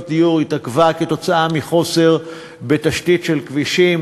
דיור התעכבה כתוצאה מחוסר בתשתית של כבישים,